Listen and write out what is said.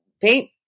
paint